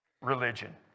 Religion